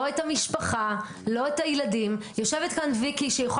לא את המשפחה, לא את הילדים.